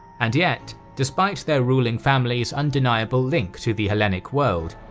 and yet, despite their ruling family's undeniable link to the hellenic world,